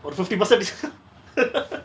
or fifty percent disc~